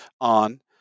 on